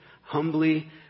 Humbly